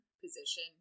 position